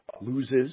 loses